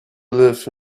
live